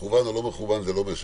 מכוון או לא מכוון זה לא משנה,